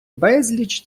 безліч